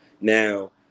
Now